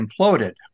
imploded